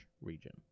region